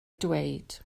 dweud